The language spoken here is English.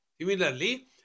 similarly